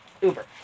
Uber